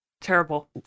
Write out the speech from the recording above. terrible